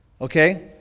okay